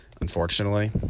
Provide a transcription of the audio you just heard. unfortunately